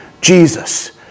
Jesus